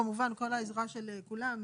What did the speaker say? כמובן כל העזרה של כולם,